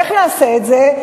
איך נעשה את זה?